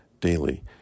daily